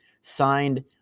signed